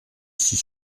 six